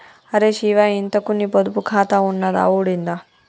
అరే శివా, ఇంతకూ నీ పొదుపు ఖాతా ఉన్నదా ఊడిందా